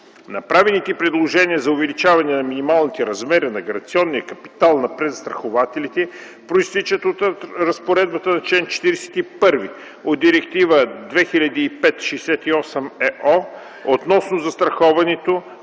Направените предложения за увеличаване на минималните размери на гаранционния капитал на презастрахователите произтичат от разпоредбата на чл. 41 от Директива 2005/68/ЕО относно презастраховането,